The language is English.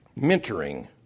Mentoring